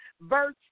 verse